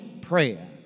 prayer